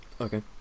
okay